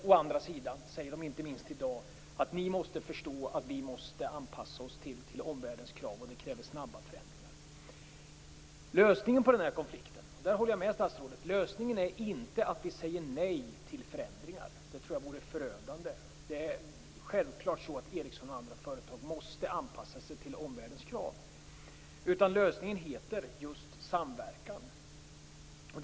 Å andra sidan säger man, inte minst i dag: Ni måste förstå att vi måste anpassa oss till omvärldens krav, och det kräver snabba förändringar. Lösningen på den här konflikten, där håller jag med statsrådet, är inte att vi säger nej till förändringar. Det tror jag vore förödande. Självklart måste Ericsson och andra företag anpassa sig till omvärldens krav. Lösningen heter just samverkan.